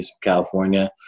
california